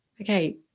Okay